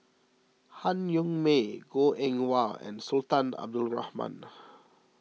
Han Yong May Goh Eng Wah and Sultan Abdul Rahman